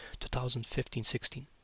2015-16